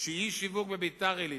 שאי-שיווק בביתר-עילית,